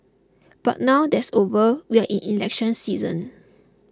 but now that's over we are in election season